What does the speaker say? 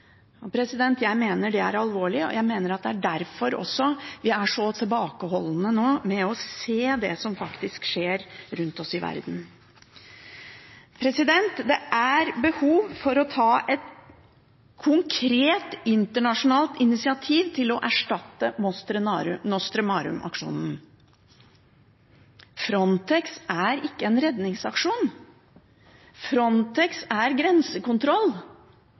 Jeg mener det er alvorlig, og jeg mener at det er derfor vi også er så tilbakeholdne nå med å se det som faktisk skjer rundt oss i verden. Det er behov for å ta et konkret internasjonalt initiativ til å erstatte Mare Nostrum-aksjonen. Frontex er ingen redningsaksjon, Frontex er grensekontroll!